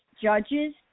judges